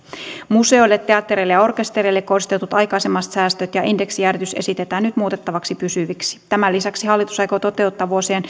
museoille teattereille ja orkestereille kohdistetut aikaisemmat säästöt ja indeksijäädytys esitetään nyt muutettavaksi pysyviksi tämän lisäksi hallitus aikoo toteuttaa vuosien